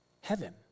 heaven